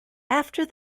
after